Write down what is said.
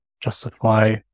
justify